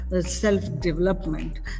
self-development